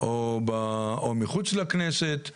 או מחוץ לכנסת.